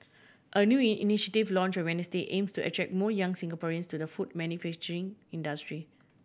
a new in initiative launch on Wednesday aims to attract more young Singaporeans to the food manufacturing industry